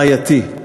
בעייתי.